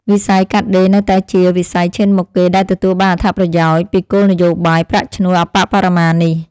វិស័យកាត់ដេរនៅតែជាវិស័យឈានមុខគេដែលទទួលបានអត្ថប្រយោជន៍ពីគោលនយោបាយប្រាក់ឈ្នួលអប្បបរមានេះ។